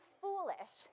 foolish